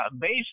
based